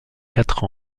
quatre